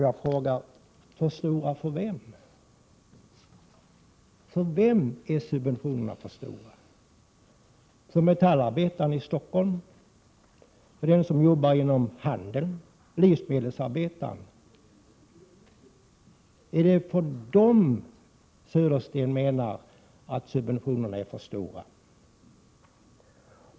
Jag frågar: För vem är subventionerna för stora — för metallarbetaren i Stockholm eller för den som arbetar inom handeln, livsmedelsarbetaren? Är det dessa grupper Bo Södersten tänker på när han säger att subventionerna är för stora?